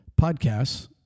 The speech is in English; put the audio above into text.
podcasts